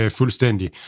fuldstændig